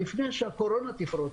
לפני שהקורונה הייתה פורצת,